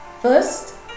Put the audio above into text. First